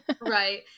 right